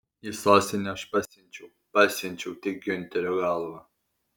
į sostinę aš pasiunčiau pasiunčiau tik giunterio galvą